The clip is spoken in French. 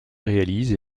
réalise